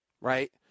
Right